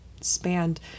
spanned